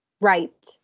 Right